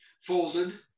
folded